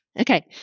Okay